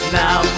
now